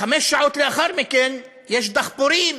חמש שעות לאחר מכן יש דחפורים,